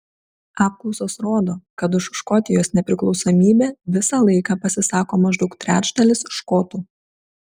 apklausos rodo kad už škotijos nepriklausomybę visą laiką pasisako maždaug trečdalis škotų